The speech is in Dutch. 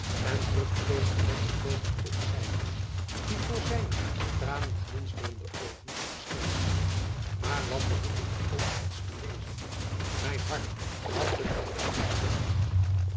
en vruchteloos de letters poogde te ontcijferen die voor zijne van tranen glinsterende oogen schemerden maar wat behoef ik ook iets te lezen mijn hart had het mij immers gezegd